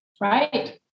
Right